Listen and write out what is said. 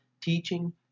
teaching